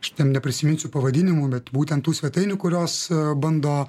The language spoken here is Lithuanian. aš ten neprisiminsiu pavadinimų bet būtent tų svetainių kurios bando